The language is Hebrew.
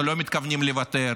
אנחנו לא מתכוונים לוותר.